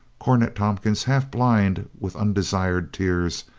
cornet tompkins, half blind with undesired tears,